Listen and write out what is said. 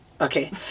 okay